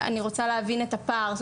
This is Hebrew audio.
אני רוצה להבין את הפער.